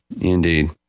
Indeed